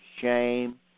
shame